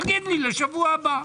תגיד לי בשבוע הבא.